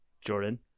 Jordan